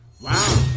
Wow